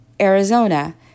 Arizona